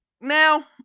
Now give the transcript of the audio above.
Now